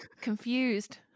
confused